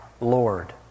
Lord